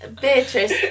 Beatrice